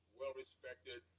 well-respected